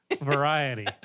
variety